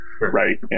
right